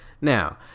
Now